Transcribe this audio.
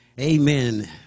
Amen